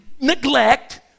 neglect